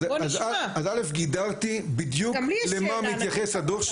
אז ראשית גידרתי בדיוק למה מתייחס הדו"ח,